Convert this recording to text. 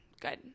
Good